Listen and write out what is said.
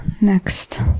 Next